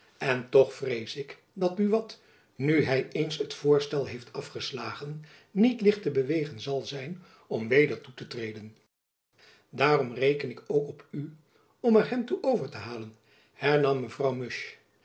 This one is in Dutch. en toch vrees ik dat buat nu hy eens het voorstel heeft afgeslagen niet licht te bewegen zal zijn om weder toe te treden daarom reken ik ook op u om er hem toe over te halen hernam mevrouw musch